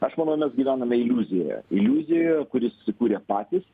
aš manau mes gyvename iliuzijoje iliuzijoje kuri susikūrė patys